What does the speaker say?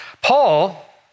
Paul